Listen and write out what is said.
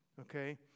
okay